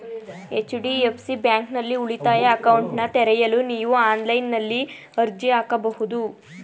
HDFC ಬ್ಯಾಂಕ್ನಲ್ಲಿ ಉಳಿತಾಯ ಅಕೌಂಟ್ನನ್ನ ತೆರೆಯಲು ನೀವು ಆನ್ಲೈನ್ನಲ್ಲಿ ಅರ್ಜಿ ಹಾಕಬಹುದು